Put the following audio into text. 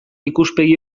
ikuspegi